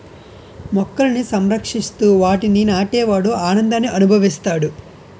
మొక్కలని సంరక్షిస్తూ వాటిని నాటే వాడు ఆనందాన్ని అనుభవిస్తాడు